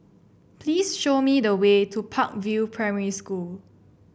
please show me the way to Park View Primary School